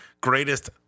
greatest